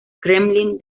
kremlin